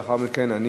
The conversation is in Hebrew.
לאחר מכן אני